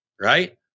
right